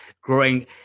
growing